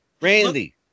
Randy